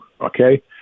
okay